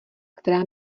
která